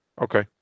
Okay